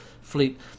fleet